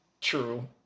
True